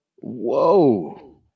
Whoa